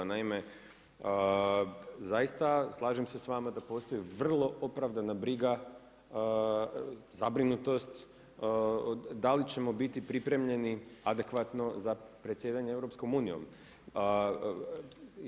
Naime, zaista slažem se s vama da postoji vrlo opravdana briga, zabrinutost da li ćemo biti pripremljeni adekvatno za predsjedanje EU-om.